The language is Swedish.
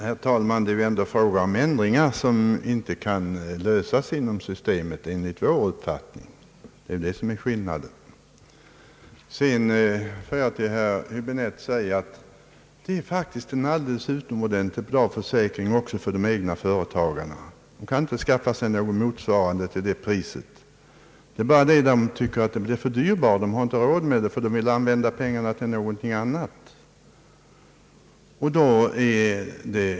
Herr talman! Här är det ju ändå fråga om ändringar som enligt vår uppfattning inte kan göras inom systemet. Det är skillnaden. Till herr Häbinette vill jag säga att den här försäkringen faktiskt är utomordentligt bra också för de egna företagarna. De kan inte skaffa sig en motsvarande försäkring till det priset, men de tycker ändå att den är för dyr, ty de vill använda pengarna till något annat.